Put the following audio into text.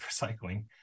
recycling